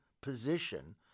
position